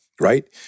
Right